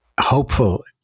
hopeful